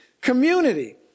community